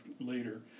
later